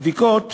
הבדיקות